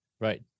right